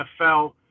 NFL